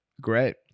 Great